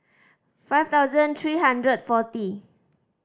five thousand three hundred forty